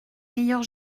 meilleure